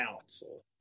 council